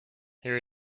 here